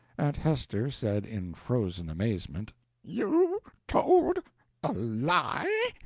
aunt hester said, in frozen amazement you told a lie?